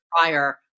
prior